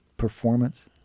performance